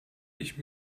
ich